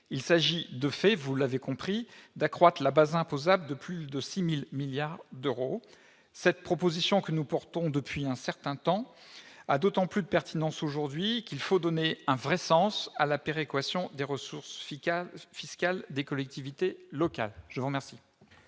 Il s'agit, de fait, d'accroître la base imposable de plus de 6 000 milliards d'euros ! Cette proposition que nous défendons depuis un certain temps a d'autant plus de pertinence aujourd'hui qu'il faut donner un vrai sens à la péréquation des ressources fiscales des collectivités locales. L'amendement